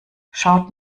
schaut